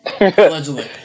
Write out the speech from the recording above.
Allegedly